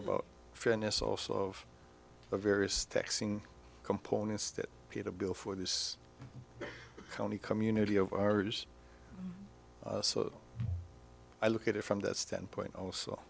about fairness also of the various taxing components that get a bill for this county community of ours so i look at it from that standpoint also